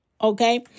Okay